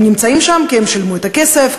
הם נמצאים שם כי הם שילמו את הכסף,